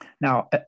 Now